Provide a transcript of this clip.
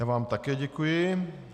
Já vám také děkuji.